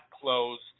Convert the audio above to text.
closed